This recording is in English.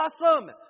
awesome